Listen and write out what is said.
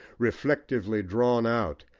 reflectively drawn out,